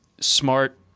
smart